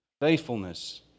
faithfulness